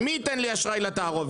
מי ייתן לי אשראי לתערובת?